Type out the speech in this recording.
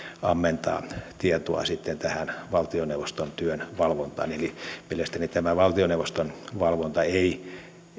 ammentaa tietoa sitten tähän valtioneuvoston työn valvontaan eli mielestäni tämä valtioneuvoston valvonta ei